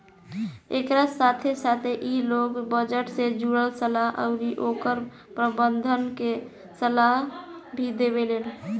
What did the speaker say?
एकरा साथे साथे इ लोग बजट से जुड़ल सलाह अउरी ओकर प्रबंधन के सलाह भी देवेलेन